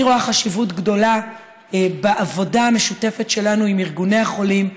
אני רואה חשיבות גדולה בעבודה המשותפת שלנו עם ארגוני החולים,